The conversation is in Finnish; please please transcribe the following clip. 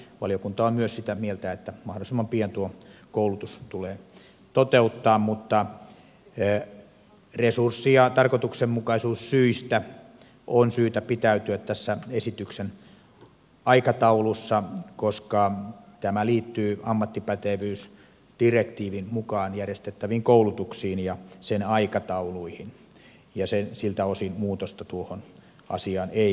valiokunta on myös sitä mieltä että mahdollisimman pian tuo koulutus tulee toteuttaa mutta resurssi ja tarkoituksenmukaisuussyistä on syytä pitäytyä tässä esityksen aikataulussa koska tämä liittyy ammattipätevyysdirektiivin mukaan järjestettäviin koulutuksiin ja sen aikatauluihin ja siltä osin muutosta tuohon asiaan ei esitetty